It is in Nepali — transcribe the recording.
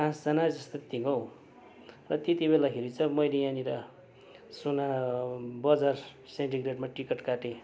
पाँचजना जस्तो थियौँ हौ र त्यति बेलाखेरि चाहिँ अब मैले यहाँनिर सुना बजार सेन्डिगेटमा टिकट काटेँ